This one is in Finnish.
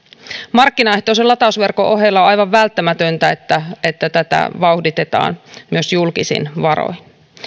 markkinaehtoisen latausverkon ohella on aivan välttämätöntä että että tätä vauhditetaan myös julkisin varoin